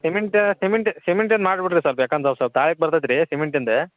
cement cement ಸಿಮೆಂಟಿದು ಮಾಡ್ಬಿಡ್ರಿ sir ಬೇಕಂದ್ರೆ ಸರ್ ತಾಯಕ್ ಬರ್ತೈತಿ ರೀ ಸಿಮೆಂಟಿಂದು